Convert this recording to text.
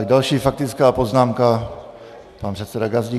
Další faktická poznámka pan předseda Gazdík.